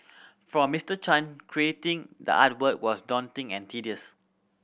for Mister Chan creating the artwork was daunting and tedious